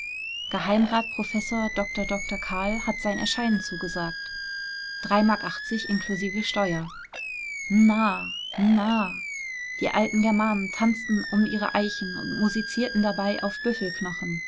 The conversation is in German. professor d dr kahl hat sein erscheinen zugesagt drei mark in wie steuer n ah n ah die alten germanen tanzten um ihre eichen und musizierten dabei auf